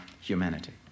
humanity